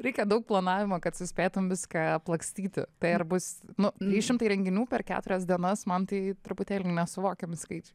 reikia daug planavimo kad suspėtum viską aplakstyti tai ar bus nu trys šimtai renginių per keturias dienas man tai truputėlį nesuvokiami skaičiai